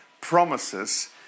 promises